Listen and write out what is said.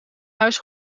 huis